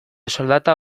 soldata